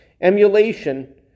Emulation